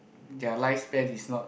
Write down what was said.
their lifespan is not